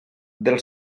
del